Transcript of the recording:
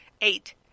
Eight